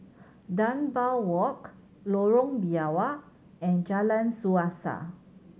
Dunbar Walk Lorong Biawak and Jalan Suasa